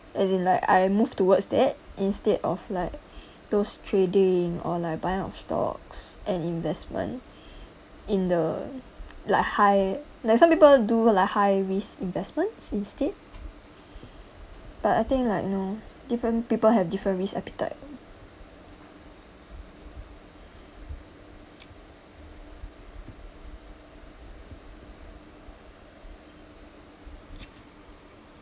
as in like I move towards that instead of like those trading or like buying of stocks and investment in the like high like some people do like high risk investments instead but I think like you know different people have different risk appetite